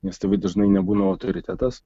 nes tėvai dažnai nebūna autoritetas